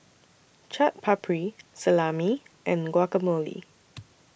Chaat Papri Salami and Guacamole